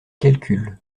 calcule